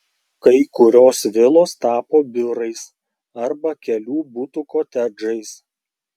kai kurios vilos tapo biurais arba kelių butų kotedžais